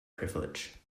privilege